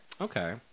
Okay